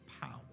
power